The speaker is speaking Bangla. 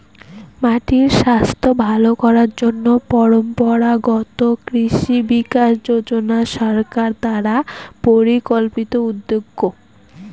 মাটির স্বাস্থ্য ভালো করার জন্য পরম্পরাগত কৃষি বিকাশ যোজনা সরকার দ্বারা পরিকল্পিত উদ্যোগ